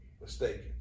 mistaken